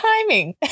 timing